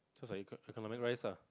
so it's like econ~ economic rice lah